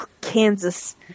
Kansas